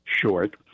short